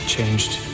Changed